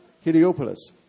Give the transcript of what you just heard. Heliopolis